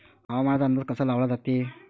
हवामानाचा अंदाज कसा लावला जाते?